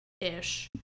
ish